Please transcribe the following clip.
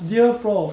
我 exempted eh